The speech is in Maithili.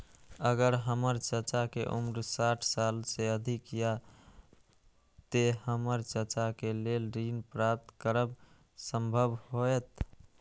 अगर हमर चाचा के उम्र साठ साल से अधिक या ते हमर चाचा के लेल ऋण प्राप्त करब संभव होएत?